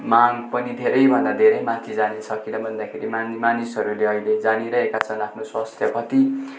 माग पनि धेरैभन्दा धेरै माथि जानेछ किन भन्दाखेरि मानि मानिसहरूले अहिले जानिरहेका छन् आफ्नो स्वास्थ्य कति